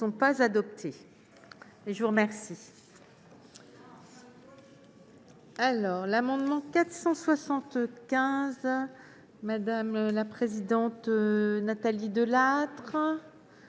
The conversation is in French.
Je vous remercie